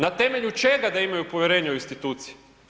Na temelju čega da imaju povjerenje u institucije?